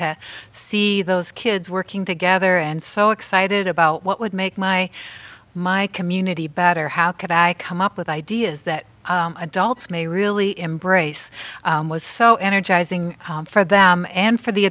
to see those kids working together and so excited about what would make my my community better how could i come up with ideas that adults may really embrace was so energizing for them and for the